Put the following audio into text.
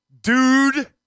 dude